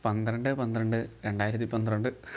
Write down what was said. പന്ത്രണ്ട് പന്ത്രണ്ട് രണ്ടായിരത്തി പന്ത്രണ്ട്